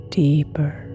deeper